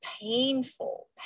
painful